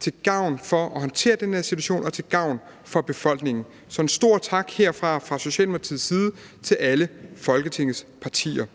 til gavn for at håndtere den her situation og til gavn for befolkningen. Så en stor tak herfra fra Socialdemokratiets side til alle Folketingets partier.